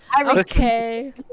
Okay